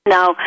Now